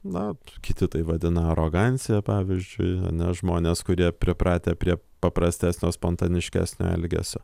na kiti tai vadina arogancija pavyzdžiui nes žmonės kurie pripratę prie paprastesnio spontaniškesnio elgesio